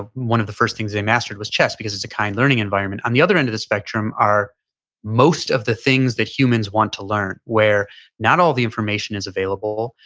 one of the first things they mastered was chess because it's a kind learning environment. on the other end of the spectrum are most of the things that humans want to learn where not all the information is available.